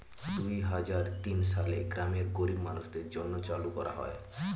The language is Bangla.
দুই হাজার তিন সালে গ্রামের গরীব মানুষদের জন্য চালু করা হয়